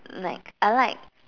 like I like